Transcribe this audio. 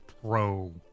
pro